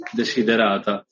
desiderata